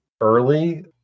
early